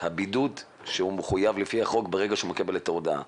הבידוד שהוא מחויב לפי החוק למלא ברגע שהוא מקבל את ההודעה.